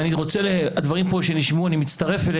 ואני מצטרף לדברים שנשמעו פה.